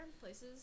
places